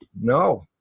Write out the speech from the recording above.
no